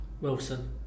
Wilson